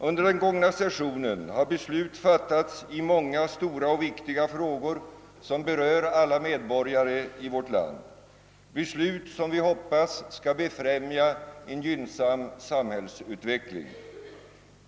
Under den gångna sessionen har beslut fattats i många stora och viktiga frågor som berör alla medborgare i vårt land, beslut som vi hoppas skall befrämja en gynnsam samhällsutveckling.